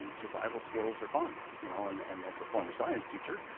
and survival skills are fun you know and and as a former science teacher,